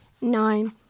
Nine